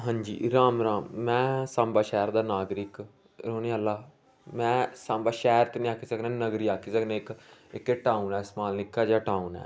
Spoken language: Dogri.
हंजी राम राम में साम्बा शैह्र दा नागरिक रौह्ने आह्ला में साम्बा शैह्र ते निं आखी सकना नगरी आखी सकने इक इक टाउन ऐ स्माल नि'क्का जेहा टाउन ऐ